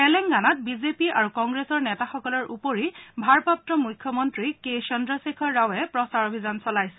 তেলেংগানাত বিজেপি আৰু কংগ্ৰেছৰ নেতাসকলৰ উপৰি ভাৰপ্ৰাপু মুখ্যমন্ত্ৰী কে চন্দ্ৰশেখৰ ৰাৱে প্ৰচাৰ অভিযান চলাইছে